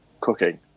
cooking